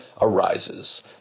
arises